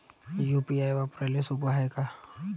UPI वापराले सोप हाय का?